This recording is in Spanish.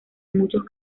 muchos